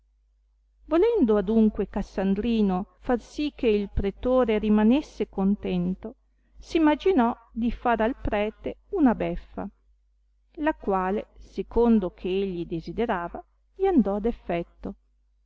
volendo adunque cassandrino far sì che il pretore rimanesse contento s imaginò di far al prete una beffa la quate secondo che egli desiderava gli andò ad effetto